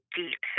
deep